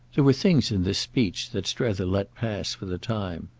there were things in this speech that strether let pass for the time.